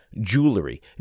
jewelry